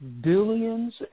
billions